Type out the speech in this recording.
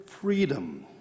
freedom